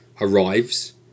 arrives